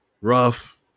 rough